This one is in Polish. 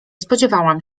spodziewałam